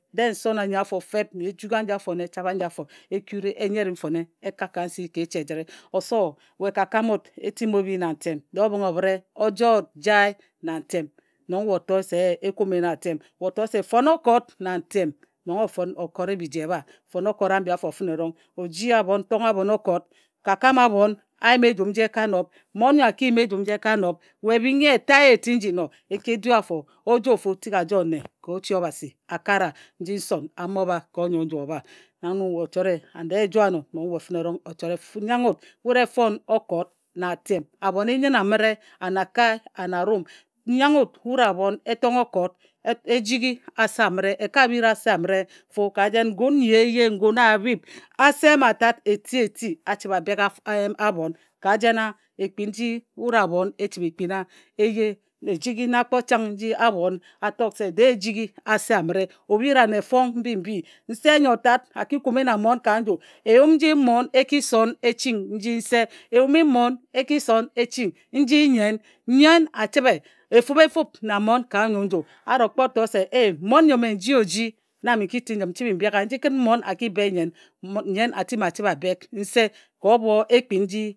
Dee nson anyi afo fep na ejughi aji afe na echabhe a yi afo e kuri e nyere mfone e kak ka nsi ka echi ejǝre. Osowo we ka kam wut e timi obhi na ntem. Dee obhǝnghe obhǝre o joe wut jae na ntem. Nong we o toe se e kumi na atem. We o toe se fon okot ntem nong o fon o kore biji ebha. Fon okot ambi afo fǝne erong o ji abhon o tonghe abhon okot, ka kam abhon a yim ejum nji e ka nob. Mmon nyo a ki yim ejum nji e ka nob we bhing ye ta ye eti nji no e ki e du afo ojofu tik a joe nne ka Obhasi a kara nji nson a mo bha ka onyoe nju obha na nong we o chore. An dee e joe ano nong we fǝne erong o chore. nyanghe wut wut e fon okot na atem. Abhoni nnyen amǝre anakae anarum. Nyaghe wut e tonghe okot, e jighi ase amǝre e ka bhiri ase amǝre fu ka jen ngun nyi eye a bhip eti eti a chǝbhe a bek abhon ka jena ekpin nji wut abhon e chǝbhe e kpina eye. Ejigi na kpo chang nji abhon a tok se dee e jighi ase amǝre obhira-ne fog mbimbii. Nse nnyo tat a kumi na mmon ka nju eyum nji mmon e ki son e ching nji nse. Eyum nji mmon e ki son e ching nji nnyen. Nnyen a chǝbhe efub efub na mmon ka onyee nju. A ro kpo tose ee mmon nyo mme nji o ji na mme n ki chǝbhe m bek a? Nji kǝn mmon a ki be nnyen, nnyen a chǝbhe a bek mmon ko obho ekpin nji e kpina eye.